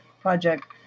project